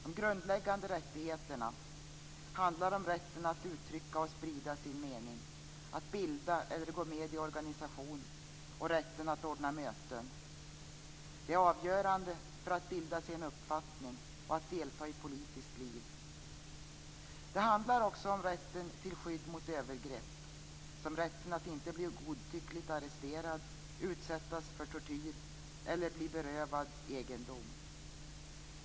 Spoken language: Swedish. De grundläggande rättigheterna handlar om rätten att uttrycka och sprida sin mening, att bilda eller gå med i en organisation och rätten att ordna möten. Det är avgörande för att bilda sig en uppfattning och att delta i politiskt liv. Det handlar också om rätten till skydd mot övergrepp, som rätten att inte bli godtyckligt arresterad, utsättas för tortyr eller bli berövad egendom.